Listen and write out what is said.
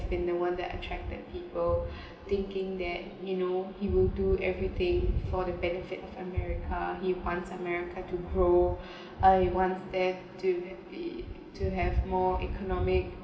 in the one that attracted people thinking that you know he will do everything for the benefit of america he wants america to grow uh he want them to have be to have more economic